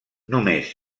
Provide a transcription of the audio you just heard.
només